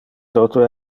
toto